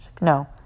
No